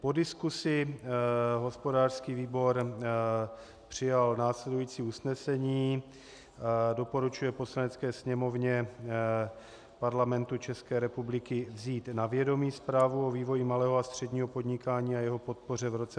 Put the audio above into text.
Po diskusi hospodářský výbor přijal následující usnesení: Doporučuje Poslanecké sněmovně Parlamentu České republiky vzít na vědomí Zprávu o vývoji malého a středního podnikání a jeho podpoře v roce 2014.